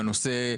בנושא,